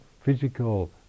physical